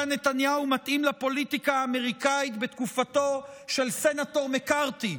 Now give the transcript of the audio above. נתניהו מתאים לפוליטיקה האמריקאית בתקופתו של הסנטור מקארתי,